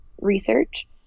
research